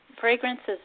Fragrances